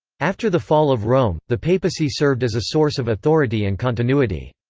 after the fall of rome, the papacy served as a source of authority and continuity.